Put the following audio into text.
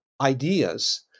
ideas